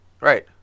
Right